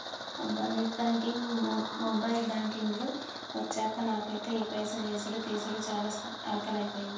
అబ్బా net banking mobile banking లు అచ్చాక నాకైతే ఈ పైసలు యేసుడు తీసాడు చాలా అల్కగైపోయింది